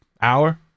hour